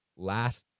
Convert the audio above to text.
Last